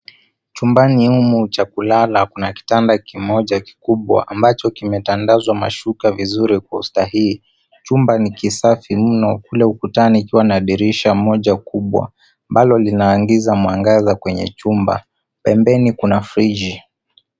Chumbani humu cha kulala kuna kitanda kimoja kikubwa ambacho kimetandazwa mashuka vizuri kwa usahihi. Chumba ni kisafi mno kule ukutani ikiwa na dirisha moja kubwa ambalo linaingiza mwangaza kwenye chumba. Pembeni kuna friji.